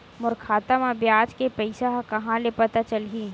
मोर खाता म ब्याज के पईसा ह कहां ले पता चलही?